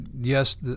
yes